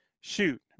Shoot